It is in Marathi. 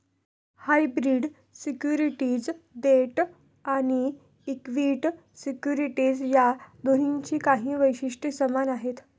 हायब्रीड सिक्युरिटीज डेट आणि इक्विटी सिक्युरिटीज या दोन्हींची काही वैशिष्ट्ये समान आहेत